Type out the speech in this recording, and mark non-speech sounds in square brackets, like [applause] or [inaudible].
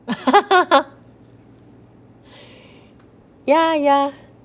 [laughs] ya ya